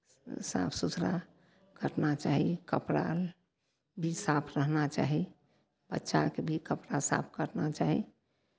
साफ सुथरा करना चाही कपड़ा भी साफ रहना चाही बच्चाके भी कपड़ा साफ करना चाही